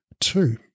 Two